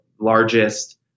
largest